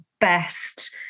best